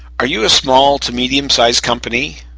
are you a small to medium sized company?